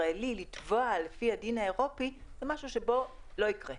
לתבוע לפי הדין האירופאי זה משהו שפה לא יקרה,